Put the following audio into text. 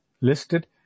listed